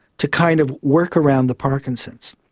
to kind of work around the parkinson's.